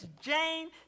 Jane